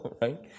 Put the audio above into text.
right